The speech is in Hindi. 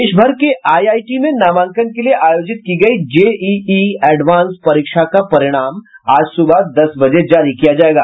देशभर के आईआईटी में नामांकन के लिये आयोजित की गयी जेईई एडवांस परीक्षा का परिणाम आज सुबह दस बजे जारी किया जायेगा